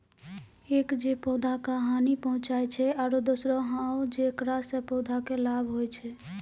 एक जे पौधा का हानि पहुँचाय छै आरो दोसरो हौ जेकरा सॅ पौधा कॅ लाभ होय छै